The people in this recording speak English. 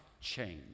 change